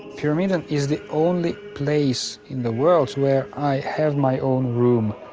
pyramiden is the only place in the world where i have my own room.